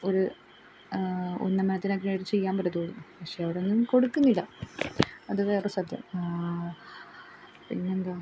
ഒരു ഉന്നമനത്തിനൊക്കെ ആയിട്ട് ചെയ്യാൻ പറ്റത്തുളളൂ പക്ഷേ അവിടെ ഒന്നും കൊടുക്കുന്നില്ല അത് വേറെ സത്യം പിന്നെ എന്താണ്